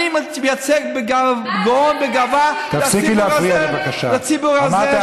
אני מייצג בגאון ובגאווה את הציבור הזה,